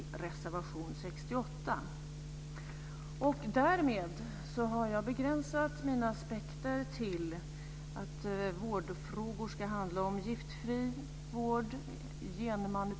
Vi anser det angeläget att Socialstyrelsen fortlöpande följer vad som händer på området och slår larm om nya fall dyker upp. Fru talman!